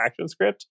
ActionScript